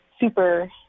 super